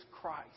Christ